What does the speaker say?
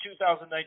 2019